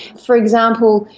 for example,